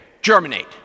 germinate